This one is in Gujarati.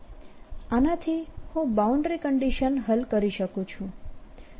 આનાથી હું બાઉન્ડ્રી કન્ડીશન હલ કરી શકું છું